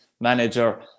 manager